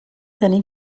tenir